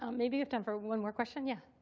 um maybe you have time for one more question. yeah.